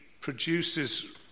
produces